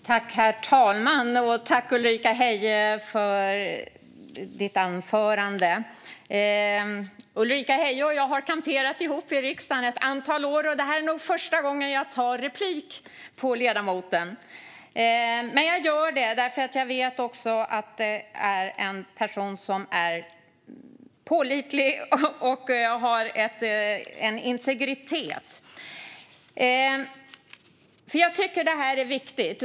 Herr talman! Jag tackar Ulrika Heie för hennes anförande. Ulrika Heie och jag har kamperat ihop i riksdagen ett antal år, men det här är nog första gången jag tar replik på ledamoten. Jag gör det därför att jag vet att det är en person som är pålitlig och har integritet. Jag tycker att det här är viktigt.